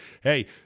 Hey